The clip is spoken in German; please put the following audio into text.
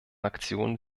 aktionen